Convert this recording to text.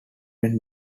when